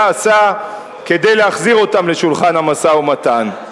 עשה כדי להחזיר אותם לשולחן המשא-ומתן.